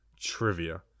Trivia